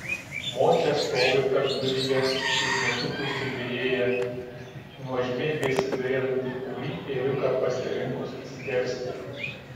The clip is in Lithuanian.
močia stovi tarpduryje kaip nutuksi virėja nuožmiai besidairanti kurį ėriuką pasirinkus skersti